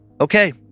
okay